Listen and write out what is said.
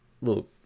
look